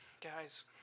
Guys